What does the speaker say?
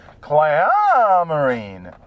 clamoring